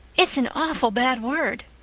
it's an awful bad word.